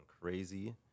crazy